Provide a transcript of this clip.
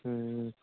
ம் ம்